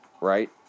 right